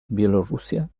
bielorrusia